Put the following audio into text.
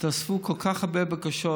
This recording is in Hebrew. התווספו כל כך הרבה בקשות,